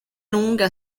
longue